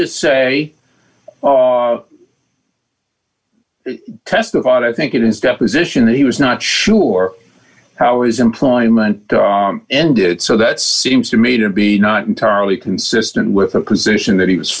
to say testified i think in his deposition that he was not sure how his employment ended so that seems to me to be not entirely consistent with the position that he was